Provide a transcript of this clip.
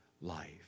life